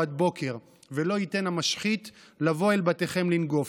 עד בֹּקֶר"; "ולא יִתֵּן המשחית לָבֹא אל בתיכם לנגף".